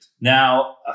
Now